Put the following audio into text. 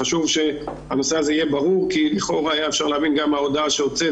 חשוב שהנושא הזה יהיה ברור כי אפשר היה להבין מההודעה שהוצאת